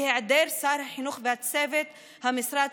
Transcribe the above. בהיעדר שר החינוך וצוות המשרד,